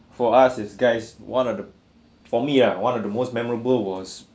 for us it's guys one of the for me ah one of the most memorable was